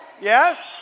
yes